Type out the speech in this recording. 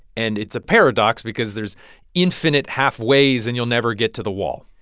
and it's a paradox because there's infinite halfways, and you'll never get to the wall.